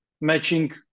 matching